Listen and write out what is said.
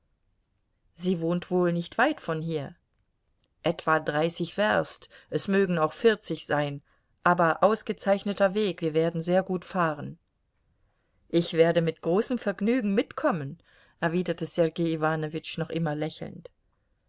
sie wohnt wohl nicht weit von hier etwa dreißig werst es mögen auch vierzig sein aber ausgezeichneter weg wir werden sehr gut fahren ich werde mit großem vergnügen mitkommen erwiderte sergei iwanowitsch noch immer lächelnd